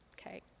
Okay